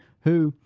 who,